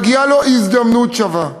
מגיעה לו הזדמנות שווה.